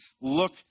look